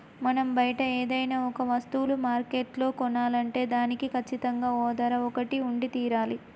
మనం బయట ఏదైనా ఒక వస్తువులు మార్కెట్లో కొనాలంటే దానికి కచ్చితంగా ఓ ధర ఒకటి ఉండి తీరాలి